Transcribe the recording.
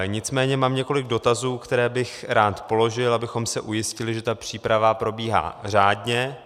Nicméně mám několik dotazů, které bych rád položil, abychom se ujistili, že ta příprava probíhá řádně.